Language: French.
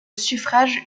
suffrage